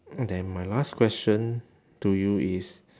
mm then my last question to you is